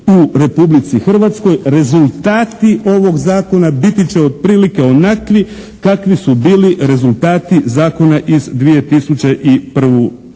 u Republici Hrvatskoj rezultati ovog zakona biti će otprilike onakvi kakvi su bili rezultati zakona iz 2001.